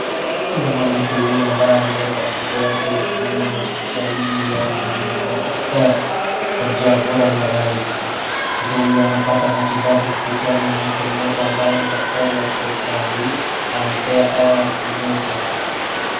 Mwanamke hutu ambaye ameleta mtoto wake wa kiume hospitalini ili ahudumiwe na madaktari kwa njia bora na rahisi. Mtoto huyo anapata matibabu kupitia mwanamke mmoja ambaye ni daktari wa serikali. Anampatia dawa ya kumeza.